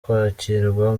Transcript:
kwakirwa